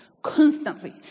constantly